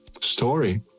story